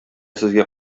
сезгә